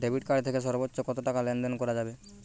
Debit card থেকে সর্বোচ্চ কত টাকা লেনদেন করা যাবে?